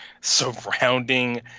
surrounding